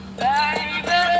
baby